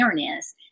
awareness